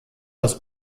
das